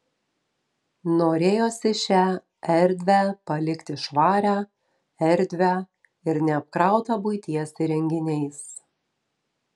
norėjosi šią erdvę palikti švarią erdvią ir neapkrautą buities įrenginiais